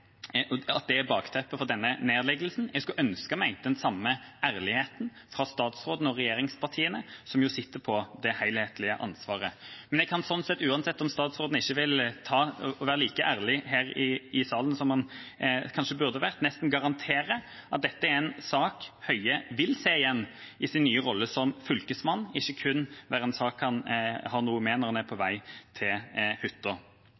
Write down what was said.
bakteppet for denne nedleggelsen. Jeg skulle ønske meg den samme ærligheten fra statsråden og regjeringspartiene, som sitter på det helhetlige ansvaret. Men jeg kan slik sett, uansett om statsråden ikke vil være like ærlig her i salen som han kanskje burde vært, nesten garantere at dette er en sak Høie vil se igjen i sin nye rolle som fylkesmann, og ikke kun være en sak han har noe med når han er på vei til hytta.